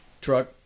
truck